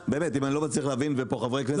אם אני לא מצליח להבין ופה חברי הכנסת מבינים את זה,